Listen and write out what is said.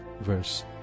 verse